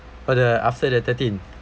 but uh after the thirteen